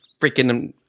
freaking